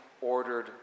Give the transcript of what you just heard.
ordered